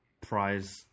prize